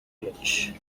village